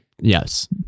Yes